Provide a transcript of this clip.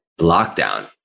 lockdown